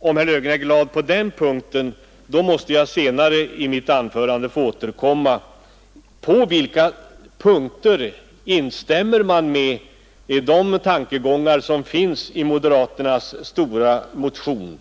Om herr Löfgren är glad på den punkten måste jag senare i mitt anförande få återkomma till frågan om på vilka punkter man instämmer i de tankegångar som finns i moderaternas stora motion.